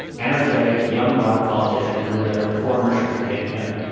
energetic, young black politician who had had a reformer streak in him.